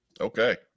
Okay